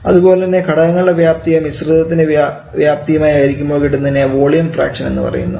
അതുപോലെതന്നെ ഘടകങ്ങളുടെ വ്യാപ്തിയെ മിശ്രിതത്തിൻറെ വ്യാപ്തിയുമായി ഹരിക്കുമ്പോൾ കിട്ടുന്നതിനെ വോളിയം ഫ്രാക്ഷൻ എന്നു പറയുന്നു